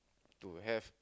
to have